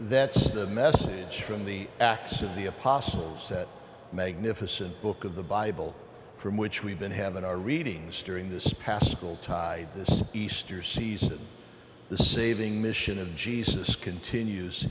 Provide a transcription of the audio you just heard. that's the message from the acts of the apostles that magnificent book of the bible from which we've been having our readings during this passable tie this easter season the saving mission of jesus continues